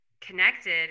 connected